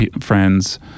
friends